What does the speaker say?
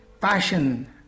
passion